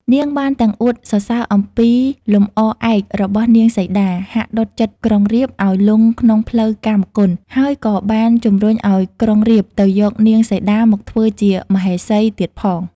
នាងបានទាំងអួតសរសើរអំពីលំអឯករបស់នាងសីតា ហាក់ដុតចិត្តក្រុងរាពណ៍ឱ្យលុងក្នុងផ្លូវកាមគុណ ហើយក៏បានជំរុញឱ្យក្រុងរាពណ៍ទៅយកនាង សីតាមកធ្វើជាមហេសីទៀតផង។